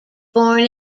born